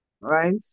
right